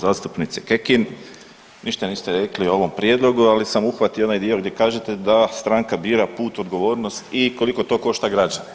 Zastupnice Kekin, ništa niste rekli o ovom prijedlogu, ali sam uhvatio onaj dio gdje kažete da stranka bira put, odgovornost i koliko to košta građane.